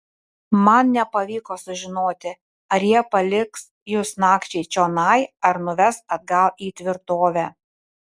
man nepavyko sužinoti ar jie paliks jus nakčiai čionai ar nuves atgal į tvirtovę